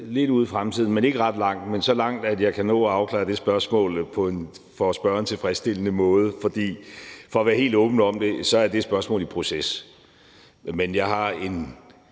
lidt ude i fremtiden – ikke ret langt, men så langt, at jeg kan nå at afklare det spørgsmål på en for spørgeren tilfredsstillende måde. For at være helt åben om det er det spørgsmål i proces. Men jeg har en